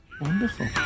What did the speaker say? wonderful